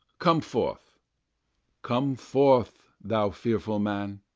come forth come forth, thou fearful man.